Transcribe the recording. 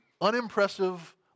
unimpressive